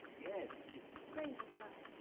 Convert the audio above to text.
yes, miss? granger, sir.